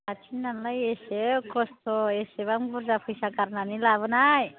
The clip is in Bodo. हारसिं नालाय बेसे खस्त' एसेबां बुर्जा फैसा गारनानै लाबोनाय